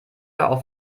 auf